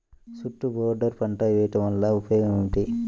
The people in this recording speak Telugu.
చుట్టూ బోర్డర్ పంట వేయుట వలన ఉపయోగం ఏమిటి?